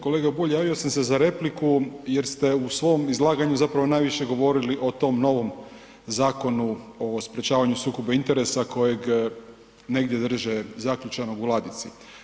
Kolega Bulj javio sam se za repliku jer ste u svom izlaganju zapravo najviše govorili o tom novom Zakonu o sprječavanju sukoba interesa kojeg negdje drže zaključanog u ladici.